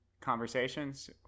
conversations